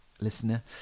listener